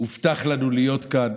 הובטח לנו להיות כאן,